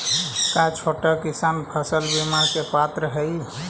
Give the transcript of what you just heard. का छोटा किसान फसल बीमा के पात्र हई?